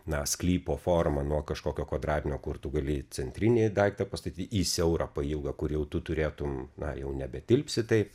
na sklypo forma nuo kažkokio kvadratinio kur tu gali centrinėj daiktą pastatyt į siaurą pailgą kur jau tu turėtum na jau nebetilpsi taip